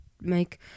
make